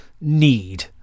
need